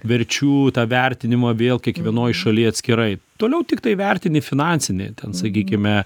verčių tą vertinimą vėl kiekvienoj šaly atskirai toliau tiktai vertini finansinį ten sakykime